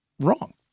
Wrong